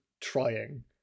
trying